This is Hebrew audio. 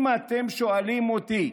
אם אתם שואלים אותי,